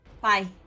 Bye